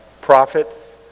Prophets